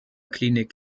klinik